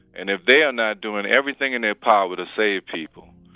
and if they are not doing everything in their power to save people,